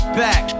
back